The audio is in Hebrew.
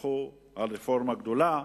הלכו על רפורמה גדולה.